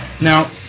Now